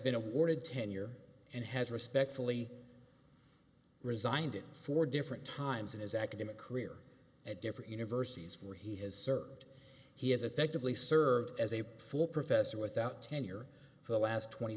been awarded tenure and has respectfully resigned for different times in his academic career at different universities where he has served he has effectively served as a full professor without tenure for the last twenty